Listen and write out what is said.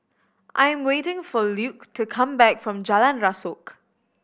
I'm waiting for Luc to come back from Jalan Rasok